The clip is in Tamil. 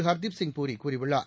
ஹர்தீப்சிங் பூரி கூறியுள்ளார்